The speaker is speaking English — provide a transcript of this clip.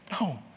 No